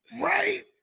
Right